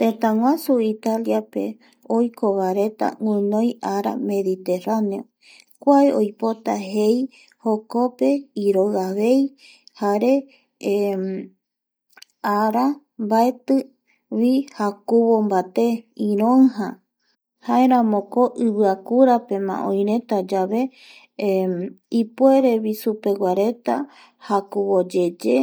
Tëtäguasu Italiape oiko vareta guinoi ara mediterraneo kua oipota jei jokpe iroi avei jare ara mbaetivi jakuvo mbate iroija jaeramoko iviakurapema oireta yave ipuerevi supeguareta jakuyeye